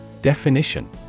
Definition